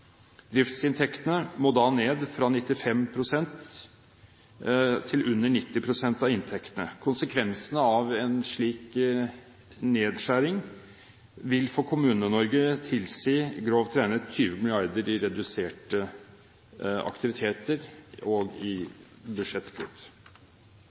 Driftsinntektene må da ned fra 95 pst. til under 90 pst. av inntektene. Konsekvensene av en slik nedskjæring vil for Kommune-Norge tilsi grovt regnet 20 mrd. kr i reduserte aktiviteter og budsjettkutt. Vi er i